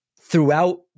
throughout